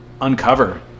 uncover